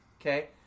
Okay